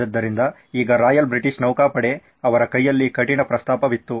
ಆದ್ದರಿಂದ ಈಗ royal British ನೌಕಾಪಡೆ ಅವರ ಕೈಯಲ್ಲಿ ಕಠಿಣ ಪ್ರಸ್ತಾಪವಿತ್ತು